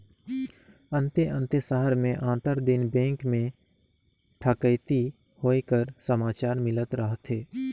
अन्ते अन्ते सहर में आंतर दिन बेंक में ठकइती होए कर समाचार मिलत रहथे